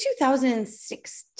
2016